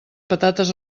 patates